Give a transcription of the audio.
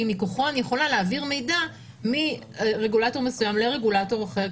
שמכוחו אני יכולה להעביר מידע מרגולטור מסוים לרגולטור אחר,